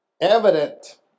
evident